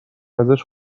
ازش